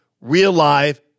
real-life